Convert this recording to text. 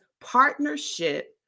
partnership